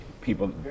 people